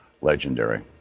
legendary